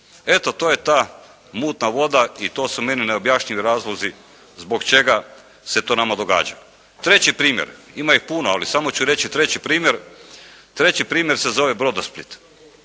Eto to je ta mutna voda i to su meni neobjašnjivi razlozi zbog čega se to nama događa. Treći primjer. Ima ih puno, ali samo ću reći treći primjer. Treći primjer se zove "Brodosplit",